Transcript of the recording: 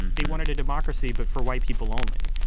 they wanted a democracy, but for white people only.